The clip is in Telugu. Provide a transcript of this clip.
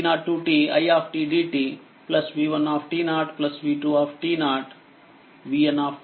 1Cnt0ti dt v1 v2